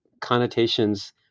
connotations